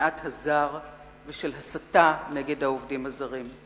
שנאת הזר ושל הסתה נגד העובדים הזרים,